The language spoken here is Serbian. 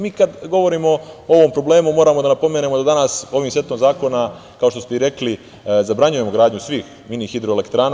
Mi kad govorimo o ovom problemu moramo da napomenemo danas ovim setom zakona, kao što ste i rekli, zabranjujemo gradnju svih mini-hidroelektrana.